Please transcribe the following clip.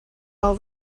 all